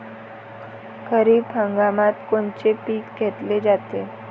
खरिप हंगामात कोनचे पिकं घेतले जाते?